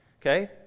okay